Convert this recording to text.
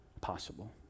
possible